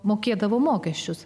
mokėdavo mokesčius